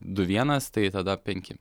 du vienas tai tada penki